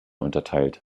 unterteilt